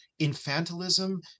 Infantilism